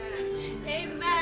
Amen